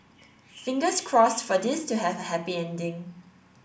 fingers crossed for this to have a happy ending